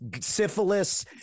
syphilis